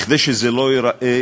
כדי שזה לא ייראה